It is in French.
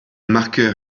marqueur